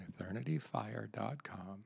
EternityFire.com